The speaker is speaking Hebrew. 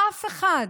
אף אחד